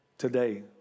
Today